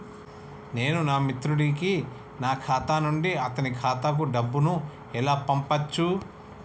నేను నా మిత్రుడి కి నా ఖాతా నుండి అతని ఖాతా కు డబ్బు ను ఎలా పంపచ్చు?